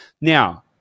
now